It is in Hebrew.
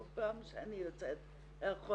כל פעם שאני יוצאת לרחוב,